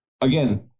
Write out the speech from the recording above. Again